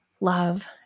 love